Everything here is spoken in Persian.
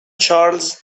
چارلز